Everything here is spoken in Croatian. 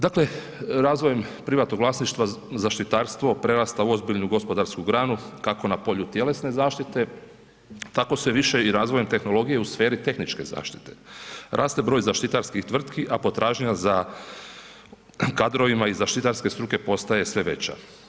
Dakle, razvojem privatnog vlasništva, zaštitarsko prerasta u ozbiljnu gospodarsku granu kako na polju tjelesne zaštite tako sve više razvojem tehnologije u sferi tehničke zaštite, raste broj zaštitarskih tvrtki a potražnja za kadrovima iz zaštitarske struke postaje sve veća.